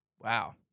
Wow